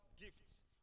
gifts